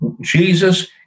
Jesus